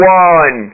one